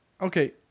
okay